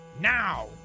Now